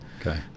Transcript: okay